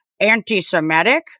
anti-Semitic